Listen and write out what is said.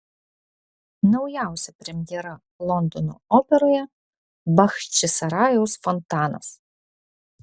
naujausia premjera londono operoje bachčisarajaus fontanas